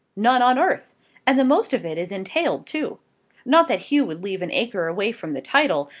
none on earth and the most of it is entailed, too not that hugh would leave an acre away from the title.